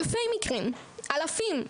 אלפי מקרים, אלפים.